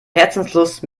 herzenslust